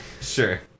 Sure